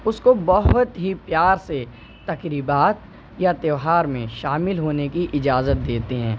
اس کو بہت ہی پیار سے تقریبات یا تیوہار میں شامل ہونے کی اجازت دیتے ہیں